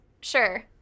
Sure